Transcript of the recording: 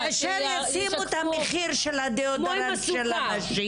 ישימו את המחיר של הדאודורנט של הנשים